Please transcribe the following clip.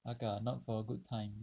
那个 ah not for a good time